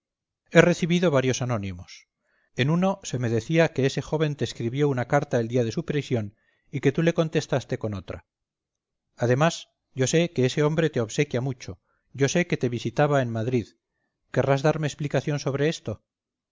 he recibido varios anónimos en uno se me decía que ese joven te escribió una carta el día de su prisión y que tú le contestaste con otra además yo sé que ese hombre te obsequia mucho yo sé que te visitaba en madrid querrás darme explicación sobre esto